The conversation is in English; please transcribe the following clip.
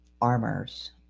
armors